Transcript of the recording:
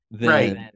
right